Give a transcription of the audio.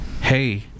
Hey